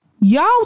Y'all